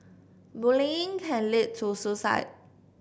bullying can lead to suicide